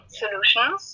solutions